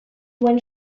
when